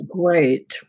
great